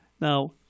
Now